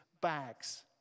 bags